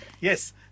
Yes